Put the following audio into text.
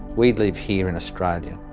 we live here in australia,